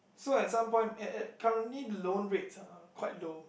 so and some point and and currently loan rates are quite low